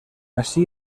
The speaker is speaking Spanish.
así